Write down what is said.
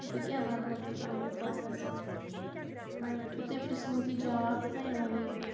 بہٕ کیٛاہ وَنہو تۄہہِ پنٕنِس بارَس منٛز وۄنۍ چھُو تُہۍ پرٛژھمُت یہِ جواب تہٕ وۄنۍ وَنے بہٕ